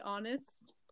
Honest